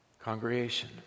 Congregation